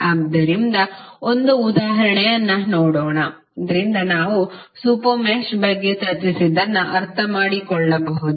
ಆದ್ದರಿಂದ ಒಂದು ಉದಾಹರಣೆಯನ್ನು ನೋಡೋಣ ಇದರಿಂದ ನಾವು ಸೂಪರ್ ಮೆಶ್ ಬಗ್ಗೆ ಚರ್ಚಿಸಿದ್ದನ್ನು ಅರ್ಥಮಾಡಿಕೊಳ್ಳಬಹುದು